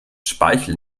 speichel